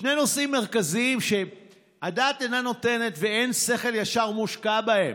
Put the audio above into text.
שני נושאים מרכזיים שהדעת איננה נותנת ואין שכל ישר שמושקע בהם: